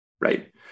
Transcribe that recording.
right